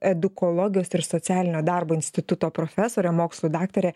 edukologijos ir socialinio darbo instituto profesorė mokslų daktarė